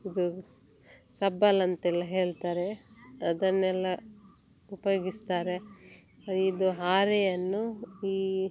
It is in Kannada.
ಇದು ಸಬ್ಬಲ್ ಅಂತೆಲ್ಲ ಹೇಳ್ತಾರೆ ಅದನ್ನೆಲ್ಲ ಉಪಯೋಗಿಸ್ತಾರೆ ಇದು ಹಾರೆಯನ್ನು ಈ